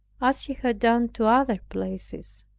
as he had done to other places.